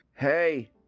Hey